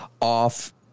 off